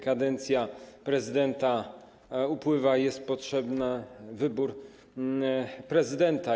Kadencja prezydenta upływa i jest potrzebny wybór prezydenta.